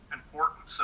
important